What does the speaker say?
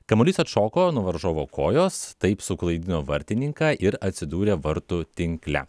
kamuolys atšoko nuo varžovo kojos taip suklaidino vartininką ir atsidūrė vartų tinkle